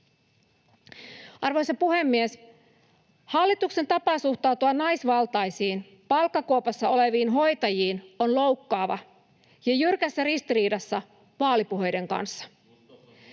Arvoisa puhemies! Hallituksen tapa suhtautua naisvaltaisiin, palkkakuopassa oleviin hoitajiin on loukkaava ja jyrkässä ristiriidassa vaalipuheiden kanssa.